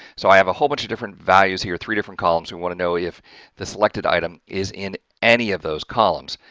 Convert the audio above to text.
so, i have a whole bunch of different values here three different columns and we want to know if the selected item is in any of those columns.